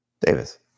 Davis